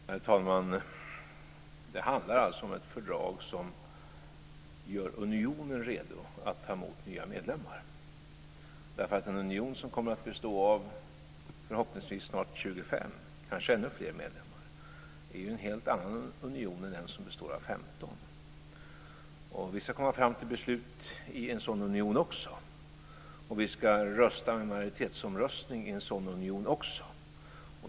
Herr talman! Det handlar om ett fördrag som gör unionen redo att ta emot nya medlemmar. En union som förhoppningsvis snart kommer att bestå av 25 medlemmar, kanske ännu fler, är ju en helt annan union än den som består av 15. Vi ska komma fram till beslut i en sådan union också. Vi ska rösta med majoritetsomröstning i en sådan union också.